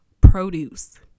produce